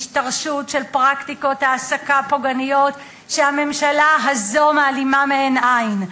מהשתרשות של פרקטיקות העסקה פוגעניות שהממשלה הזאת מעלימה מהן עין.